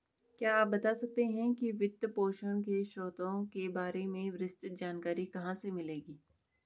क्या आप बता सकते है कि वित्तपोषण के स्रोतों के बारे में विस्तृत जानकारी कहाँ से मिलेगी?